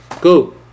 go